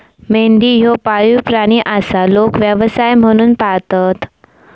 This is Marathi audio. मेंढी ह्यो पाळीव प्राणी आसा, लोक व्यवसाय म्हणून पाळतत